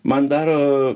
man daro